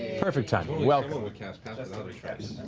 perfect timing. welcome. kind of kind of